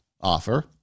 offer